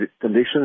conditions